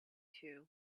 too